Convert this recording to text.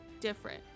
different